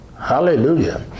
Hallelujah